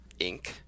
Inc